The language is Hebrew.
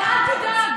אבל אל תדאג,